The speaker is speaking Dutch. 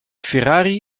ferrari